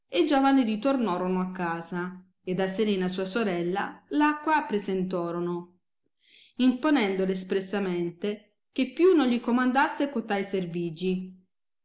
e giovani ritornorono a casa ed a serena sua sorella l acqua appresenlorono imponendole espressamente che più non gli comandasse cotai servigi